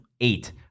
eight